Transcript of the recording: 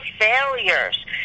failures